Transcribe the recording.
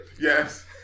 yes